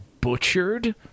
butchered –